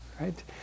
right